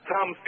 Tom